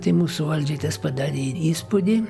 tai mūsų valdžiai tas padarė ir įspūdį